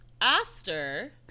Aster